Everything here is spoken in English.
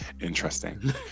Interesting